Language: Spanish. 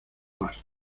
más